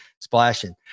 splashing